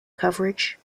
coverage